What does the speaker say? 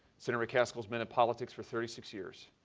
senator mccaskill has been in politics for thirty six years.